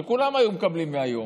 שכולם היו מקבלים מהיום,